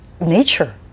nature